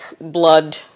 blood